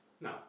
No